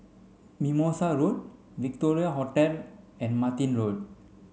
Mimosa Road Victoria Hotel and Martin Road